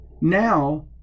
now